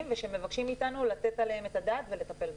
ושמבקשים מאיתנו לתת עליהם את הדעת ולטפל בהם.